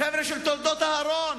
החבר'ה של "תולדות אהרן".